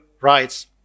rights